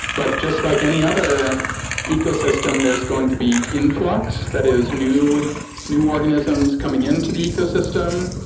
but just like any other ecosystem, there's going to be influx, that is new new organisms coming into the ecosystem.